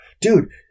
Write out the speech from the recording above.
Dude